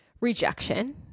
rejection